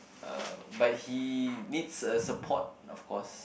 uh but he needs a support of course